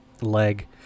leg